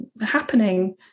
happening